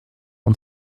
und